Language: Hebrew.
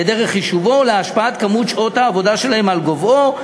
לדרך חישובו ולהשפעת כמות שעות העבודה שלהם על גובהו.